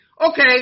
okay